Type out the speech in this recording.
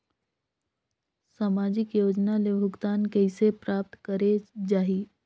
समाजिक योजना ले भुगतान कइसे प्राप्त करे जाहि?